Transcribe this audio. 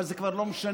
אבל זה כבר לא משנה,